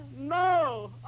No